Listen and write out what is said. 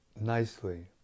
nicely